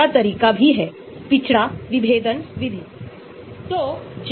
उन्हें फिर से सिग्मा 1 द्वारा परिभाषित किया गया है